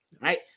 right